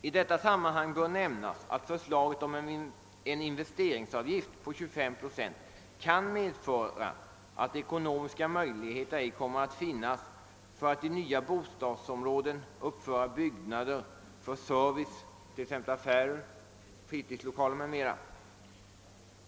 I detta sammanhang bör nämnas att förslaget om en investeringsavgift på 25 procent kan medföra att ekonomiska möjligheter ej kommer att finnas för att i nya bostadsområden uppföra byggnader för service, t.ex. affärer, fritidslokaler m.m.